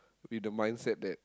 with the mindset that